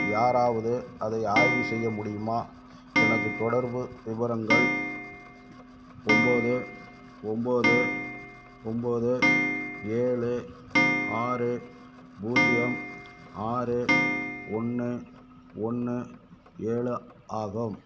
யாராவது அதை ஆய்வு செய்ய முடியுமா எனது தொடர்பு விவரங்கள் ஒம்போது ஒம்போது ஒம்போது ஏழு ஆறு பூஜ்ஜியம் ஆறு ஒன்று ஒன்று ஏழு ஆகும்